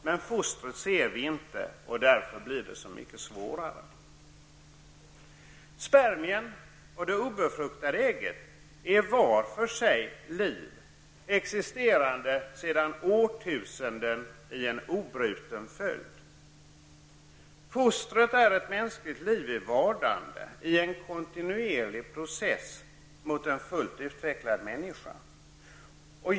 Men fostret ser vi inte, och därför blir det så mycket svårare. Spermien och det obefruktade ägget är både liv existerande sedan årtusenden i en obruten följd. Fostret är ett mänskligt liv i vardande i en kontinuerlig process mot en fullt utvecklad människa.